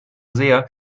sehr